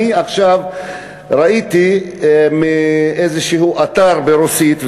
אני עכשיו ראיתי באיזשהו אתר ברוסית,